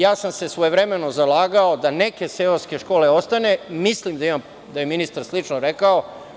Ja sam se svojevremeno zalagao da neke seoske škole ostanu i mislim da je ministar slično rekao.